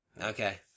Okay